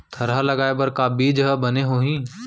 थरहा लगाए बर का बीज हा बने होही?